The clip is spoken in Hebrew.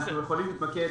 אנחנו יכולים להתמקד